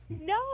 No